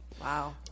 Wow